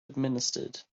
administered